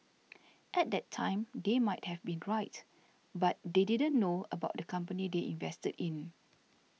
at that time they might have been right but they didn't know about the company they invested in